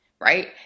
right